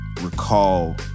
recall